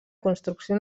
construcció